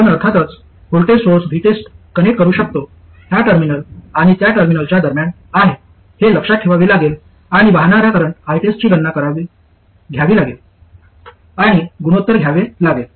आपण अर्थातच voltage source VTEST connect करू शकतो ह्या टर्मिनल आणि त्या टर्मिनलच्या दरम्यान आहे हे लक्षात ठेवावे लागेल आणि वाहणारा करंट ITEST ची गणना करावी घ्यावी लागेल आणि गुणोत्तर घ्यावे लागेल